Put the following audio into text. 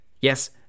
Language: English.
Yes